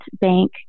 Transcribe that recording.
bank